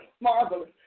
Marvelous